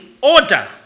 order